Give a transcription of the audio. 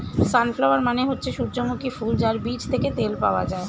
sunflower মানে হচ্ছে সূর্যমুখী ফুল যার বীজ থেকে তেল পাওয়া যায়